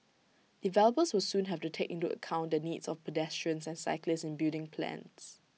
developers will soon have to take into account the needs of pedestrians and cyclists in building plans